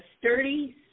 sturdy